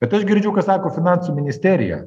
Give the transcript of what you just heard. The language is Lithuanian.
bet aš girdžiu ką sako finansų ministerija